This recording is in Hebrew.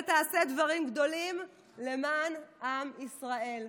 ותעשה דברים גדולים למען עם ישראל,